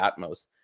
Atmos